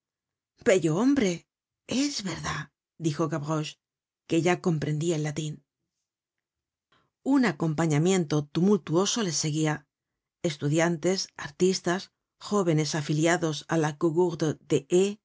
bello hombre es verdad dijo gavroche que ya comprendia el latin un acompañamiento tumultuoso les seguia estudiantes artistas jóvenes afiliados á la